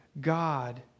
God